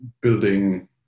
building